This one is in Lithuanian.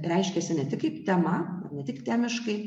reiškiasi ne tik kaip tema ne tik temiškai